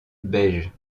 beige